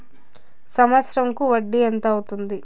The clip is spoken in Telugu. సంవత్సరం కు వడ్డీ ఎంత అవుతుంది?